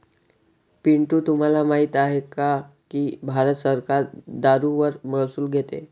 पिंटू तुम्हाला माहित आहे की भारत सरकार दारूवर महसूल घेते